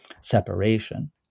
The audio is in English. separation